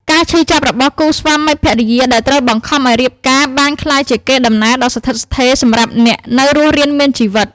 ការឈឺចាប់របស់គូស្វាមីភរិយាដែលត្រូវបង្ខំឱ្យរៀបការបានក្លាយជាកេរដំណែលដ៏ស្ថិតស្ថេរសម្រាប់អ្នកនៅរស់រានមានជីវិត។